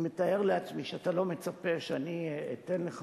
אני מתאר לעצמי שאתה לא מצפה שאני אתן לך